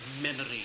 memory